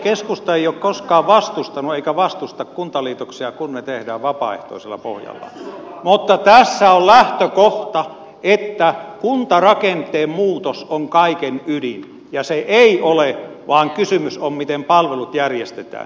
keskusta ei ole koskaan vastustanut eikä vastusta kuntaliitoksia kun ne tehdään vapaaehtoisella pohjalla mutta tässä on lähtökohta että kuntarakenteen muutos on kaiken ydin ja se ei ole vaan kysymys on miten palvelut järjestetään